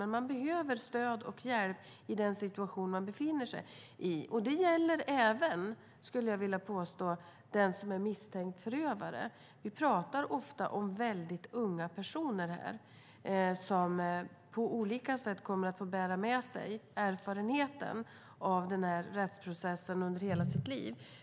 Men dessa personer behöver stöd och hjälp i den situation som de befinner sig i. Detta gäller även den som är misstänkt förövare. Vi talar ofta om mycket unga personer här som på olika sätt kommer att få bära med sig erfarenheten av denna rättsprocess under hela sitt liv.